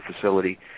facility